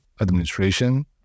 administration